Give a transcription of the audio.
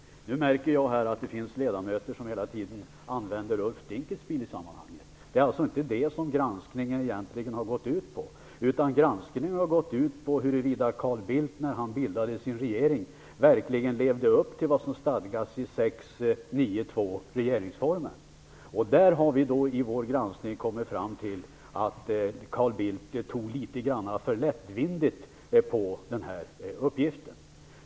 Jag märker i debatten att det finns ledamöter som hela tiden hänvisar till Ulf Dinkelspiel, men det är inte honom personligen som granskningen har gått ut på, utan granskningen har gällt huruvida Carl Bildt när han bildade sin regering verkligen levde upp till vad som stadgas i 6 kap. 9 § andra stycket regeringsformen. På den punkten har vi i vår granskning kommit fram till att Carl Bildt tog litet för lättvindigt på den här uppgiften.